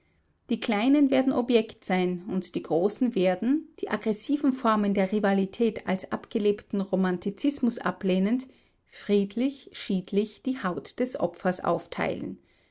die kleinen werden objekt sein und die großen werden die aggressiven formen der rivalität als abgelebten romantizismus ablehnend friedlich schiedlich die haut des opfers aufteilen